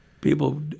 People